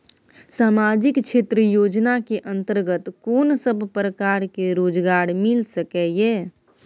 सामाजिक क्षेत्र योजना के अंतर्गत कोन सब प्रकार के रोजगार मिल सके ये?